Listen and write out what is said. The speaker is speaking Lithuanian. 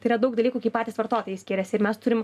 tai yra daug dalykų kai patys vartotojai skiriasi ir mes turim